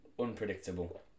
unpredictable